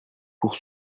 pour